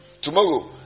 Tomorrow